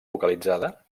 localitzada